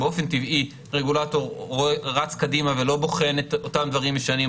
באופן טבעי רגולטור רץ קדימה ולא בוחן אותם דברים ישנים,